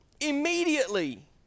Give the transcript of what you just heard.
Immediately